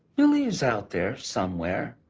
billy is out there somewhere,